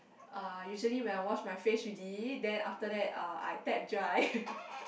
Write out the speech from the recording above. uh usually when I wash my face already then after that uh I tap dry